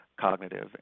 Cognitive